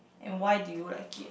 and why do you like it